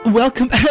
welcome